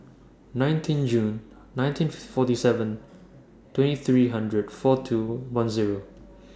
nineteen June nineteen forty seven twenty three hundred four two one Zero